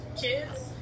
kids